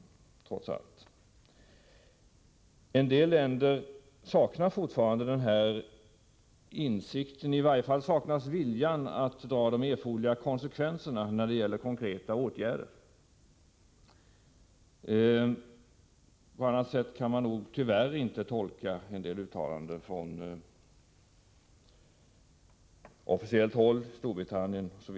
En del länder saknar fortfarande insikt och i varje fall vilja att vidta erforderliga konkreta åtgärder. På annat sätt kan man tyvärr inte tolka en del uttalanden från officiellt håll i t.ex. Storbritannien och USA.